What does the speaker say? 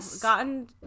gotten